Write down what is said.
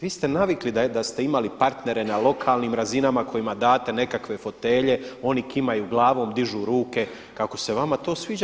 Vi ste navikli da ste imali partnere na lokalnim razinama kojima date nekakve fotelje, oni kimaju glavom, dižu ruke kako se vama to sviđa.